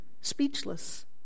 speechless